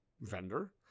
vendor